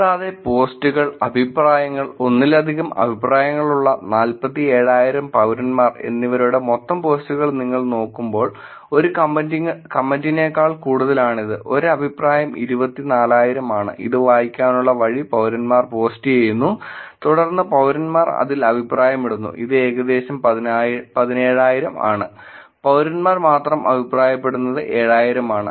കൂടാതെ പോസ്റ്റുകൾ അഭിപ്രായങ്ങൾ ഒന്നിലധികം അഭിപ്രായങ്ങളുള്ള 47000 പൌരന്മാർ എന്നിവരുടെ മൊത്തം പോസ്റ്റുകൾ നിങ്ങൾ നോക്കുമ്പോൾ ഒരു കമെന്റിനേക്കാൾ കൂടുതലാണിത് ഒരു അഭിപ്രായം 24000 ആണ് ഇത് വായിക്കാനുള്ള വഴി പൌരന്മാർ പോസ്റ്റുചെയ്യുന്നു തുടർന്ന് പൌരന്മാർ അതിൽ അഭിപ്രായമിടുന്നു ഇത് ഏകദേശം 17000 ആണ് പൌരന്മാർ മാത്രം അഭിപ്രായപ്പെടുന്നത് 7000 ആണ്